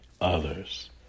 others